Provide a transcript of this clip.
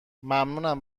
ممنونم